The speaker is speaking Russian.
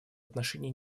отношении